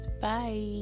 Bye